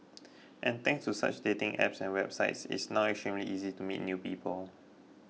and thanks to such dating apps and websites it's now extremely easy to meet new people